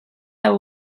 hau